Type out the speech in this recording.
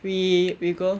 we we go